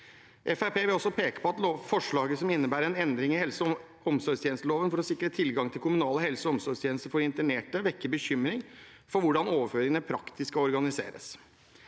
vil også peke på at forslaget som innebærer en endring i helse- og omsorgstjenesteloven for å sikre tilgang til kommunale helse- og omsorgstjenester for internerte, vekker bekymring for hvordan overføringene praktisk skal organiseres.